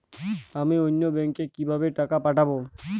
আমি অন্য ব্যাংকে কিভাবে টাকা পাঠাব?